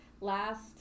last